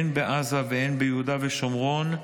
הן בעזה והן ביהודה ושומרון,